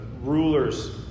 rulers